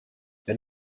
wenn